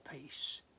peace